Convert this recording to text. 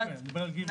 מהמועדים.."?